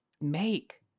make